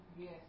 Yes